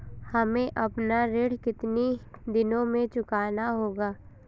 हमें अपना ऋण कितनी दिनों में चुकाना होगा?